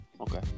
Okay